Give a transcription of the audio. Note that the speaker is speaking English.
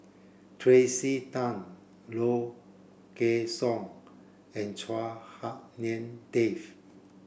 Tracey Tan Low Kway Song and Chua Hak Lien Dave